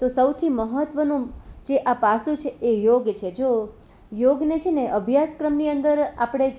તો સૌથી મહત્વનો જે આ પાસું છે એ યોગ છે જો યોગને છે ને અભ્યાસક્રમની અંદર આપણે